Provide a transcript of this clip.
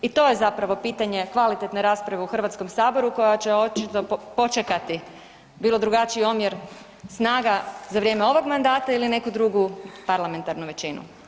I to je zapravo pitanje kvalitetne rasprave u HS-u koja će očito počekati, bilo drugačiji omjer snaga za vrijeme ovog mandata ili neku drugu parlamentarnu većinu.